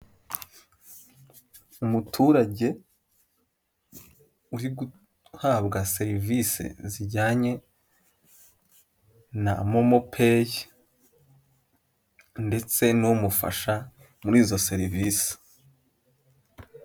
Umuturage uri guhabwa serivisi zijyanye na momo peyi ndetse n'umufasha muri izo serivisi.